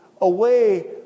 away